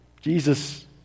Jesus